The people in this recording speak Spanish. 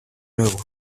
nuevo